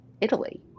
Italy